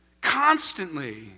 constantly